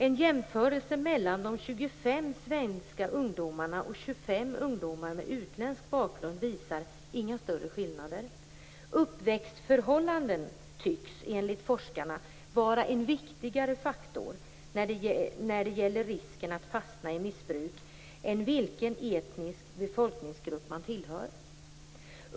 En jämförelse mellan 25 svenska ungdomar och 25 ungdomar med utländsk bakgrund visar inga större skillnader. Enligt forskarna tycks uppväxtförhållandena vara en viktigare faktor när det gäller risken att fastna i missbruk än vilken etnisk befolkningsgrupp man tillhör.